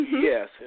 Yes